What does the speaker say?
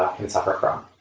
ah can suffer from,